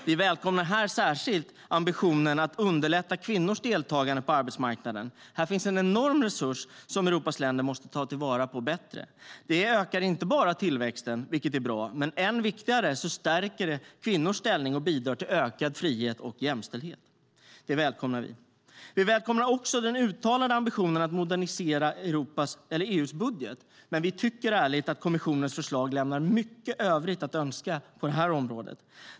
Vi välkomnar här särskilt ambitionen att underlätta kvinnors deltagande på arbetsmarknaden. Här finns en enorm resurs som Europas länder måste ta bättre vara på. Det ökar inte bara tillväxten, vilket är bra, utan än viktigare stärker det kvinnors ställning och bidrar till ökad frihet och jämställdhet. Det välkomnar vi. Vi välkomnar också den uttalade ambitionen att modernisera EU:s budget, men vi tycker ärligt att kommissionens förslag lämnar mycket övrigt att önska på det här området.